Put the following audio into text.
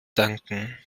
danken